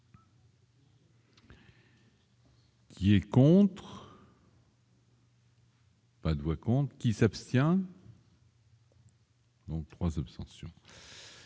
Qui est contre. Pas de voix compte qui s'abstient. Donc 3 abstentions.